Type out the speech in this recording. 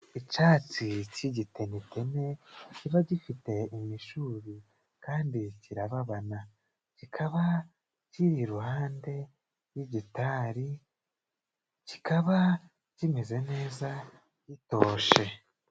Icyatsi cy'igitenetene kiba gifite imishubi kandi kirababana. Kikaba kiri iruhande rw'igitari, kikaba kimeze neza gitoshe.